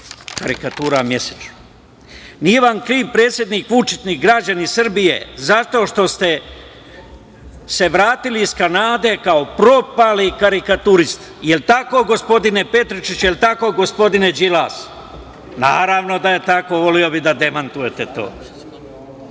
karikatura mesečno. Nije vam kriv predsednik Vučić, ni građani Srbije zato što ste se vratili iz Kanade kao propali karikaturista, jel tako gospodine Petričiću, jel tako gospodine Đilas? Naravno da je tako. Voleo bih da demantujete to. Da